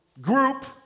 group